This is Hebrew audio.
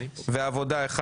העבודה אחד.